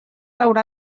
haurà